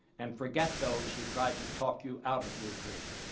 and forget those who tried to talk you out of your dream.